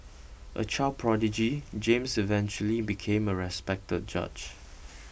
a child prodigy James eventually became a respected judge